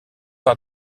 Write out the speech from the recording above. par